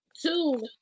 Two